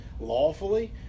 lawfully